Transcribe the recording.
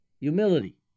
humility